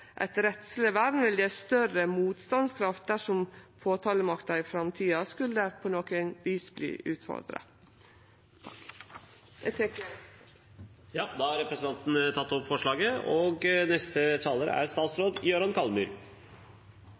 eit rettsleg vern vil gje større motstandskraft dersom påtalemakta i framtida på noko vis skulle verte utfordra. Eg